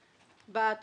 אני קונסטרוקטורית,